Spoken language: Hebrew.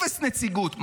אפס נציגות?